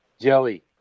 Joey